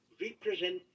represent